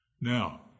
Now